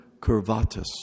curvatus